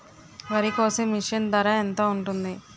వరి కోసే మిషన్ ధర ఎంత ఉంటుంది?